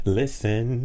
listen